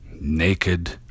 naked